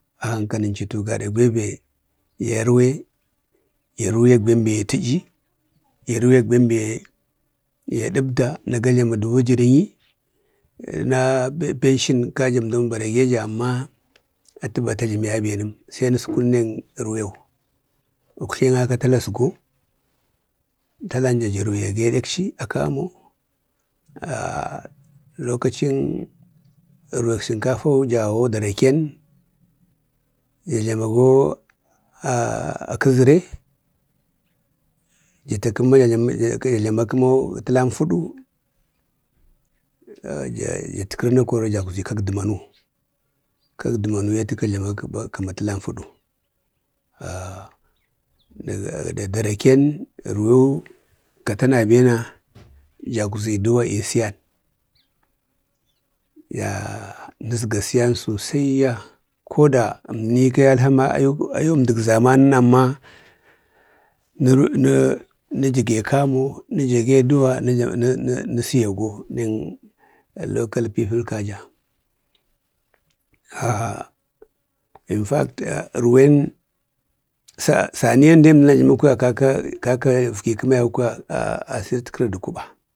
Ahanka nunchutu gadak bewbe yarwe ya ruyak bembe ya tə'yil yaruyak bembe ya dəbda gajlamudu wujər ŋyi. jna penshion kaja bembe əmdan bara geja amma atə bata jləməya benəm sai nəskunu den ərweu, uktley a ka tala əzgo, talanja ja ruyago dekchi a kamo. lokaci jərwak sankafau jawo daraken ja jlamago, kəzare. Ja ta kəma ja jlama kəma təlan fudu. Jat kərana koro jagzi kak dəmanu kak dəmamu atəka jlamaga kəma təlan fudu. daraken arweu kata mabena jagzi siyan bena, jagzi duwaisiyan. Yah-nəsga siyan sosai ya koda əndarn ikayu athama ayu əmdak zamanan amma nə-nə jage kamo, nəjage duwa, nə nə siya go dek lokai pipul kaja. in fakt ərwen saniyan diye əmdən ajlami kwaya kaka əgvi kama yau kwaya asirət kəri du kuba.